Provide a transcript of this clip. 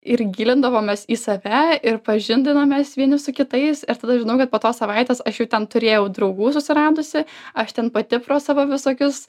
ir gilindavomės į save ir pažindinomės vieni su kitais ir tada žinau kad po tos savaitės aš jau ten turėjau draugų susiradusi aš ten pati pro savo visokius